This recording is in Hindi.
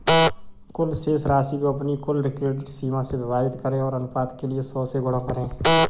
कुल शेष राशि को अपनी कुल क्रेडिट सीमा से विभाजित करें और अनुपात के लिए सौ से गुणा करें